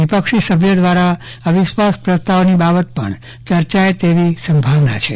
વિપક્ષી સભ્યો દ્વારા અવિશ્વાસ પ્રસ્તાવની બાબત પણ ચર્ચાય તેવી સંભાવના છે